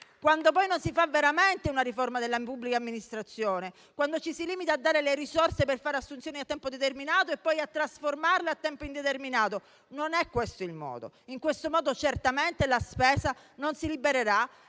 quando poi non si fa veramente una riforma della pubblica amministrazione e quando ci si limita a dare le risorse per fare assunzioni a tempo determinato e poi trasformarle a tempo indeterminato. In questo modo, certamente la spesa non si libererà